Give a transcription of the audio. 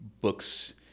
books